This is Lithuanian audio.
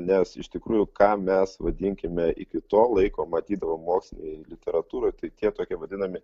nes iš tikrųjų ką mes vadinkime iki to laiko matydavom mokslinėj literatūroj tai tie tokie vadinami